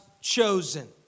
chosen